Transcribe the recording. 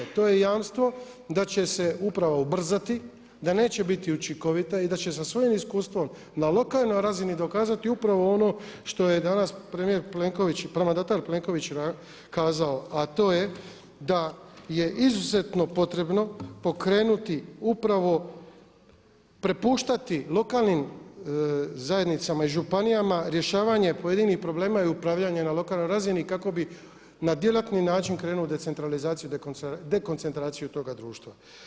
To je jamstvo da će se uprava ubrzati, da neće biti učinkovita i da će sa svojim iskustvom na lokalnoj razini dokazati upravo ono što je danas premijer, mandatar Plenković kazao a to je da je izuzetno potrebno pokrenuti upravo, prepuštati lokalnim zajednicama i županijama rješavanje pojedinih problema i upravljanje na lokalnoj razini kako bi na djelatni način krenuo u decentralizaciju, dekoncentraciju toga društva.